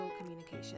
communication